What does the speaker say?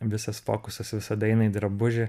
visas fokusas visada eina į drabužį